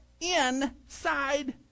inside